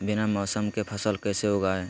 बिना मौसम के फसल कैसे उगाएं?